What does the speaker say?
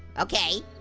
okay.